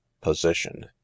position